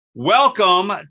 Welcome